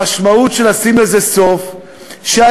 המשמעות של לשים לזה סוף היא,